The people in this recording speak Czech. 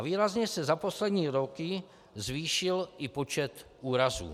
Výrazně se za poslední roky zvýšil i počet úrazů.